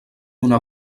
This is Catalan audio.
una